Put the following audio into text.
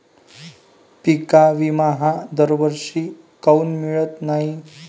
पिका विमा हा दरवर्षी काऊन मिळत न्हाई?